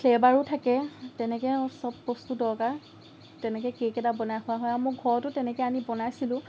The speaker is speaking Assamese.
ফ্লেভাৰো থাকে তেনেকে চব বস্তু দৰকাৰ তেনেকে কেক এটা বনাই খোৱা হয় আৰু মই ঘৰতো তেনেকে আনি বনাইছিলোঁ